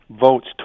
votes